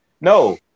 No